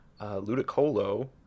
Ludicolo